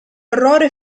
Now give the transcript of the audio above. orrore